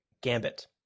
gambit